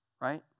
right